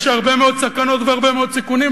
יש הרבה מאוד סכנות והרבה מאוד סיכונים,